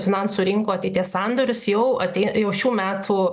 finansų rinkų ateities sandorius jau apie jau šių metų